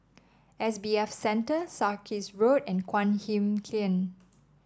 S B F Center Sarkies Road and Guan Huat Kiln